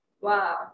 Wow